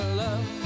love